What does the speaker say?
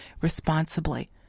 responsibly